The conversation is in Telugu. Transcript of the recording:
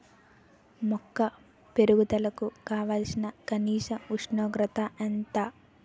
మొక్క పెరుగుదలకు కావాల్సిన కనీస ఉష్ణోగ్రత ఎంత?